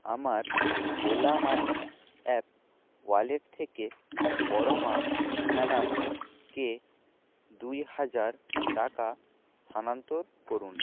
আমার Ola money app wallet থেকে পরমা স্যানালকে দুই হাজার টাকা স্থানান্তর করুন